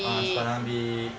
ah sembarang ambil